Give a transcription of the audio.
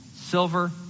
silver